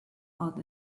out